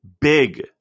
big